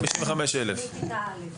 מכיתה א'.